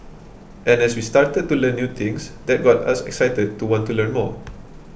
and as we started to learn new things that got us excited to want to learn more